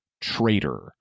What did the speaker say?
traitor